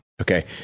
Okay